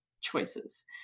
choices